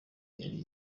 yari